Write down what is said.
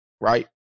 right